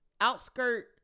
outskirt